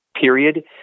period